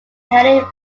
haile